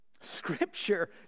Scripture